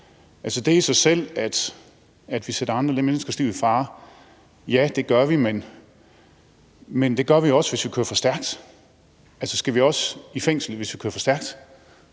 man i sig selv sætter andre menneskers liv i fare, vil jeg sige, at ja, det gør man, men det gør man også, hvis man kører for stærkt, og skal man også i fængsel, hvis man kører for stærkt?